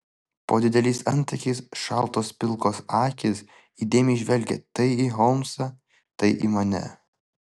po dideliais antakiais šaltos pilkos akys įdėmiai žvelgė tai į holmsą tai į mane